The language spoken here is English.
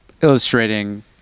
illustrating